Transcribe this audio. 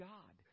God